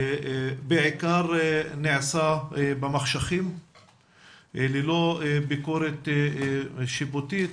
ובעיקר נעשה במחשכים ללא ביקורת שיפוטית,